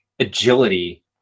Agility